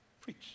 preach